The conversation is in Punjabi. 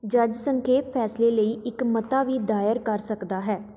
ਜੱਜ ਸੰਖੇਪ ਫੈਸਲੇ ਲਈ ਇੱਕ ਮਤਾ ਵੀ ਦਾਇਰ ਕਰ ਸਕਦਾ ਹੈ